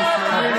יותר אלימות.